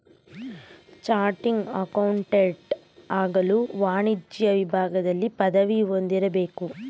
ಚಾಟಿಂಗ್ accountant ಆಗಲು ವಾಣಿಜ್ಯ ವಿಭಾಗದಲ್ಲಿ ಪದವಿ ಹೊಂದಿರಬೇಕು